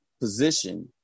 position